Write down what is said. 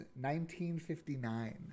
1959